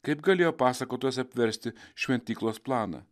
kaip galėjo pasakotos apversti šventyklos planą